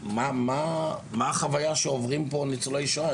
מה החוויה שעוברים פה ניצולי שואה?